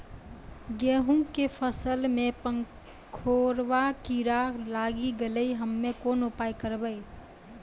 गेहूँ के फसल मे पंखोरवा कीड़ा लागी गैलै हम्मे कोन उपाय करबै?